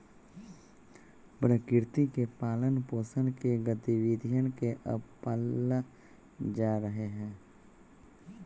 प्रकृति के पालन पोसन के गतिविधियन के अब पाल्ल जा रहले है